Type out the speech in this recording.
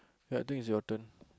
ya I think is your turn